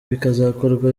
bikazakorwa